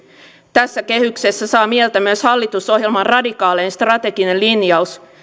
tässä kehyksessä saa mieltä myös hallitusohjelman radikaalein strateginen linjaus